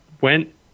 went